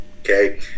okay